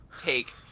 take